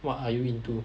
what are you into